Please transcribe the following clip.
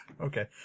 Okay